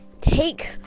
take